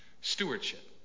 stewardship